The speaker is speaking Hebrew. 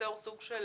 ליצור סוג של